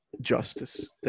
justice